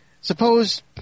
Suppose